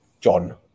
John